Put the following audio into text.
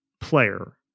player